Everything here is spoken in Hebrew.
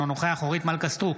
אינו נוכח אורית מלכה סטרוק,